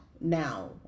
Now